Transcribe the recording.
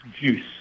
juice